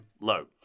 low